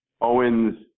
Owens